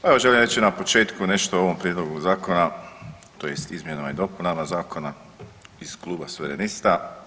Pa evo želim reći na početku nešto o ovom prijedlogu zakona, tj. izmjenama i dopunama zakona iz kluba Suverenista.